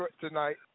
tonight